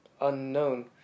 unknown